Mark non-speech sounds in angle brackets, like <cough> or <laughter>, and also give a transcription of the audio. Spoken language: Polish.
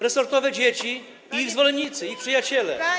Resortowe dzieci i ich zwolennicy, <noise> ich przyjaciele.